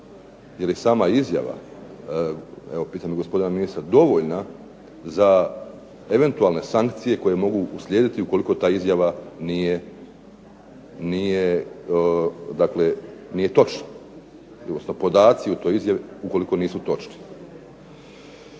Je li sama izjava, evo pitam gospodina ministra, dovoljna za eventualne sankcije koje mogu uslijediti ukoliko ta izjava nije točna, odnosno podaci u toj izjavi ukoliko nisu točni.